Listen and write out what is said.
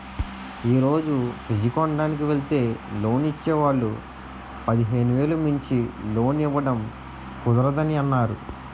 ఈ రోజు ఫ్రిడ్జ్ కొనడానికి వెల్తే లోన్ ఇచ్చే వాళ్ళు పదిహేను వేలు మించి లోన్ ఇవ్వడం కుదరదని అన్నారు